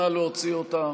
נא להוציא אותה.